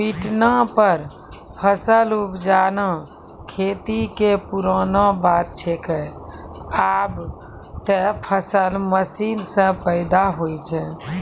पिटना पर फसल उपजाना खेती कॅ पुरानो बात छैके, आबॅ त फसल मशीन सॅ पैदा होय छै